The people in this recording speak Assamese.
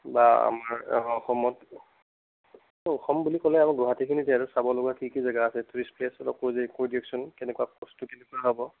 বা আমাৰ অসমত অসম বুলি ক'লে আৰু গুৱাহাটীখিনিতে আৰু চাব লগা কি কি জেগা আছে টুৰিষ্ট প্লেচ অলপ কৈ দিয়কচোন কেনেকুৱা বস্তু কেনেকুৱা হ'ব